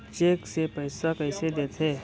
Cheque से पइसा कइसे देथे?